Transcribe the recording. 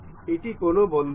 এটি কোনও বদ্ধ নয়